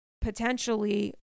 potentially